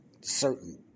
certain